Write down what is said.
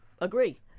Agree